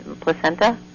placenta